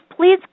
please